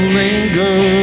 linger